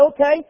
okay